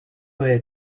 way